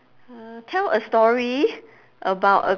uh tell a story about a